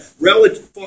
Relative